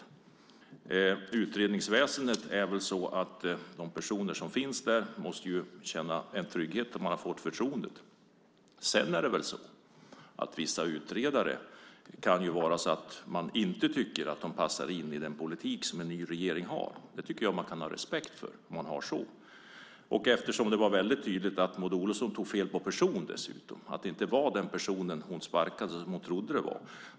Inom utredningsväsendet är det väl så att de personer som finns där måste känna att de har fått förtroende. Sedan kan det vara så att man inte tycker att vissa utredare passar in i den politik som en ny regering har. Det tycker jag att man kan ha respekt för. Det var dessutom väldigt tydligt att Maud Olofsson tog fel på person. Den person som hon sparkade var inte den person som hon trodde att det var.